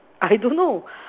I don't know